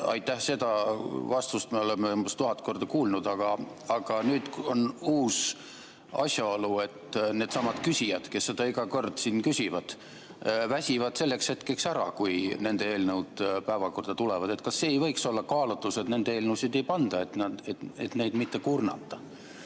Aitäh! Seda vastust me oleme umbes tuhat korda kuulnud, aga nüüd on uus asjaolu. Needsamad küsijad, kes seda iga kord küsivad, väsivad selleks hetkeks ära, kui nende eelnõud päevakorda tulevad. Kas ei võiks olla [nii], et nende eelnõusid ei panda [päevakorda], et neid mitte kurnata,